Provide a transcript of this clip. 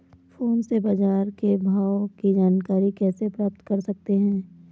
Phone से बाजार के भाव की जानकारी कैसे प्राप्त कर सकते हैं?